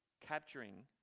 capturing